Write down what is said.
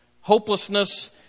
Hopelessness